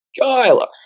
Kyler